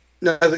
No